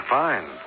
fine